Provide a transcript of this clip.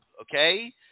okay